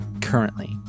currently